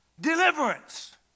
Deliverance